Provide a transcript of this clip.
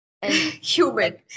human